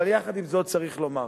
אבל יחד עם זאת צריך לומר: